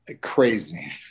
crazy